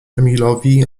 emilowi